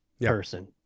person